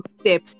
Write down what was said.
step